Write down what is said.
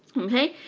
okay.